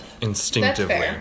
instinctively